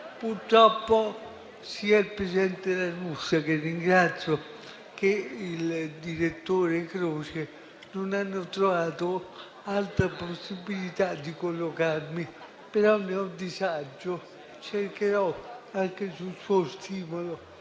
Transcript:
Purtroppo, sia il presidente La Russa, che ringrazio, sia il direttore Croce non hanno trovato altra possibilità di collocarmi, ma ne ho disagio. Cercherò, anche su suo stimolo